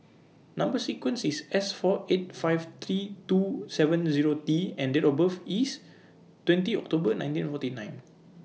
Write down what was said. Number sequence IS S four eight five three two seven Zero T and Date of birth IS twentieth October nineteen forty nine